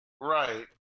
Right